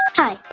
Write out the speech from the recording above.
hi.